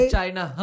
China